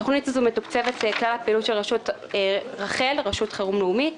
בתוכנית הזאת מתוקצבת עיקר הפעילות של רח"ל רשות חירום לאומית.